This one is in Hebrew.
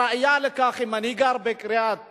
הראיה לכך, אם אני גר בקריית-גת